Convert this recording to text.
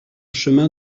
chemin